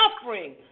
suffering